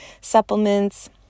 supplements